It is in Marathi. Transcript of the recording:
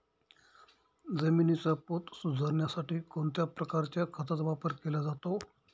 जमिनीचा पोत सुधारण्यासाठी कोणत्या प्रकारच्या खताचा वापर केला जातो?